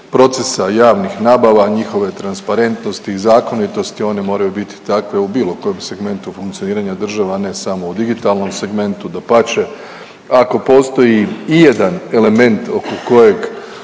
procesa javnih nabava, njihove transparentnosti i zakonitosti, one moraju biti takve u bilo kojem segmentu funkcioniranja država, a ne samo u digitalnom segmentu, dapače, ako postoji ijedan element oko kojeg